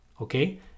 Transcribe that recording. okay